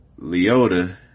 Leota